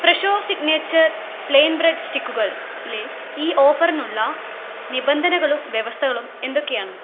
Fresho signature plain bread സ്റ്റിക്കുകളിലെ ഈ ഓഫറിനുള്ള നിബന്ധനകളും വ്യവസ്ഥകളും എന്തൊക്കെയാണ്